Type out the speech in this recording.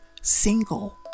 single